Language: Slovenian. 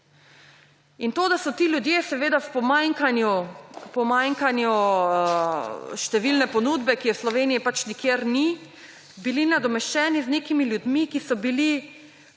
In to, da so ti ljudje seveda v pomanjkanju številne ponudbe, ki je v Sloveniji pač nikjer ni, bili nadomeščeni z nekimi ljudmi, ki so bili pred